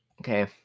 Okay